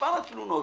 מספר התלונות,